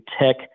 Tech